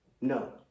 no